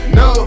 no